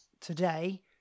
today